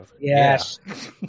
Yes